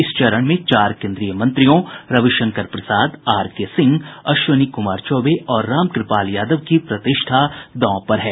इस चरण में चार केंद्रीय मंत्रियों रविशंकर प्रसाद आर के सिंह अश्विनी कुमार चौबे और रामकृपाल यादव की प्रतिष्ठा दांव पर है